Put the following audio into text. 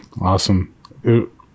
Awesome